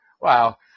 Wow